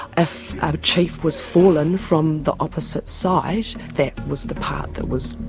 if a chief was fallen from the opposite side, that was the part that was